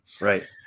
Right